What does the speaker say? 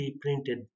printed